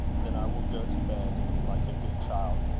then i will go to bed like a good child.